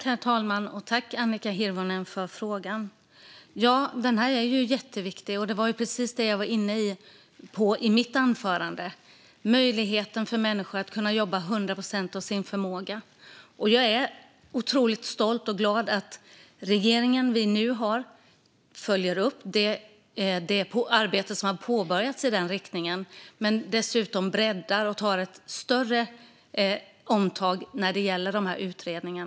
Herr talman! Tack, Annika Hirvonen, för frågan! Detta är jätteviktigt, och det var precis detta jag var inne på i mitt anförande. Det handlar om möjligheten för människor att jobba 100 procent av sin förmåga. Jag är otroligt stolt och glad över att den regering som vi nu har följer upp det arbete som har påbörjats i denna riktning och dessutom breddar det och tar ett större omtag när det gäller dessa utredningar.